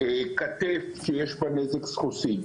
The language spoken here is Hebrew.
כתף שיש בה נזק סחוסי.